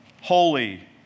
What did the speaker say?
holy